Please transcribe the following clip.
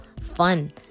fun